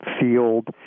field